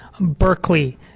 Berkeley